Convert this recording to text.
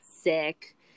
sick